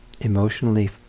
emotionally